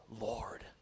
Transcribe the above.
Lord